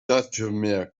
mehr